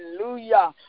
Hallelujah